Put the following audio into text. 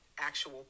actual